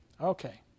Okay